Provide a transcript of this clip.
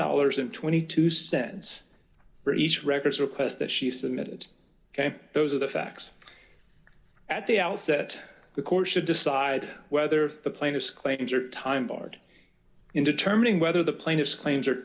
dollars twenty two cents for each records request that she submitted and those are the facts at the outset the court should decide whether the plaintiffs claims are time barred in determining whether the plaintiffs claims